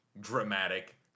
dramatic